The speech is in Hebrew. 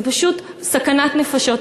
זה פשוט סכנת נפשות.